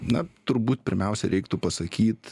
na turbūt pirmiausia reiktų pasakyt